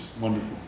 wonderful